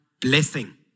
blessing